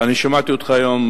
שמעתי אותך היום,